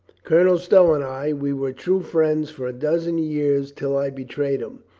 colonel stow and i, we were true friends for a dozen years till i betrayed him.